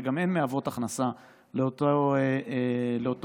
שגם הן מהוות הכנסה לאותו משק,